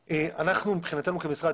אנחנו מתכוונים להפחית לפחות 32% מפליטות